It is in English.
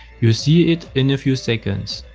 you see it in a few seconds.